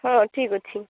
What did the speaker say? ହଁ ଠିକ୍ ଅଛି